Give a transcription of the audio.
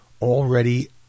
already